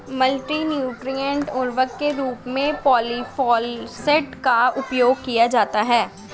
multi nutrient उर्वरक के रूप में पॉलिफॉस्फेट का उपयोग किया जाता है